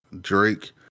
Drake